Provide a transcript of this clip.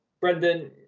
Brendan